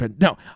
No